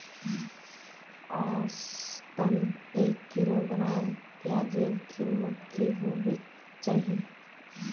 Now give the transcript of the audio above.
औसतन एक किलोग्राम प्याजेर कीमत की होबे चही?